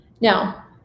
Now